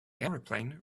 airplane